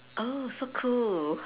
oh so cool